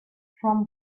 from